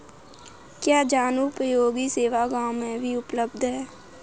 क्या जनोपयोगी सेवा गाँव में भी उपलब्ध है?